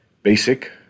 basic